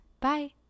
Bye